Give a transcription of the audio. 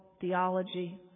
theology